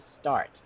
start